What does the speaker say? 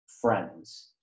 friends